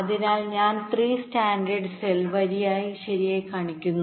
അതിനാൽ ഞാൻ 3 standard cell വരികൾ ശരിയായി കാണിക്കുന്നു